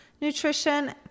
nutrition